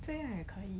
这样也可以